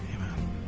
Amen